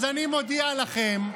אז אני מודיע לכם,